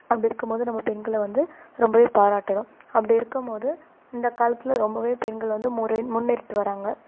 அப்படி இருக்கும்போது நம்ம பெண்களை வந்து ரொம்பவே பாராட்டணும் அப்படி இருக்கும்போது இந்த காலத்தில் ரொம்பவே பெண்கள் வந்து முறேன் முன்னேறிட்டு வராங்கள்